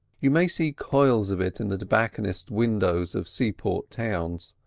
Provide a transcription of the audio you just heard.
you may see coils of it in the tobacconists' windows of seaport towns.